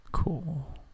Cool